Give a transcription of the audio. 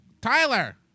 Tyler